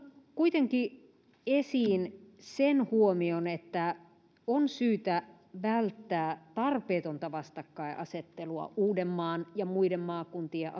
kuitenkin esiin sen huomion että on syytä välttää tarpeetonta vastakkainasettelua uudenmaan ja muiden maakuntien